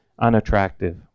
unattractive